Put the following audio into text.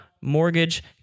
mortgage